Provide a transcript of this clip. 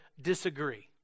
disagree